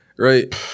Right